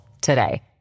today